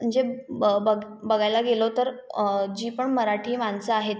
जे ब बघ् बघायला गेलो तर जी पण मराठी माणसं आहेत